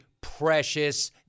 precious